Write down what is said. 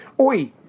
oi